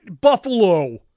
Buffalo